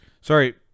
Sorry